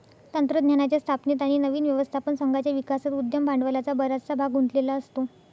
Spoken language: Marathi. तंत्रज्ञानाच्या स्थापनेत आणि नवीन व्यवस्थापन संघाच्या विकासात उद्यम भांडवलाचा बराचसा भाग गुंतलेला असतो